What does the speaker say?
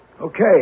Okay